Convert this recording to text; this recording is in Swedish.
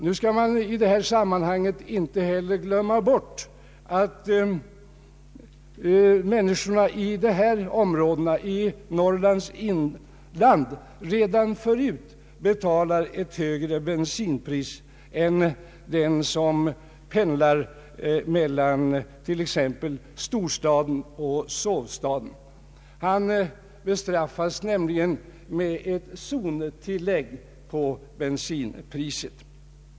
Nu skall man i detta sammanhang inte heller glömma bort att människorna i dessa områden i Norrlands inland redan förut betalar ett högre bensinpris än de som pendlar med bil mellan t.ex. storstaden och sovstaden. De i Norrland boende bestraffas nämligen med ett zontillägg på bensinpriset.